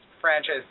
franchise